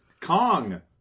Kong